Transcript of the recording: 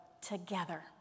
together